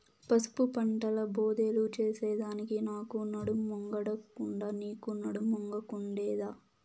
పసుపు పంటల బోదెలు చేసెదానికి నాకు నడుమొంగకుండే, నీకూ నడుమొంగకుండాదే